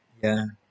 ya